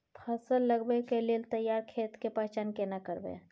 फसल लगबै के लेल तैयार खेत के पहचान केना करबै?